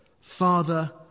Father